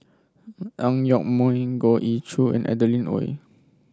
Ang Yoke Mooi Goh Ee Choo and Adeline Ooi